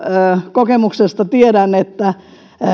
kokemuksesta tiedän että